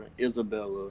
Isabella